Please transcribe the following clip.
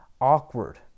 awkward